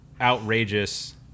outrageous